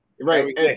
Right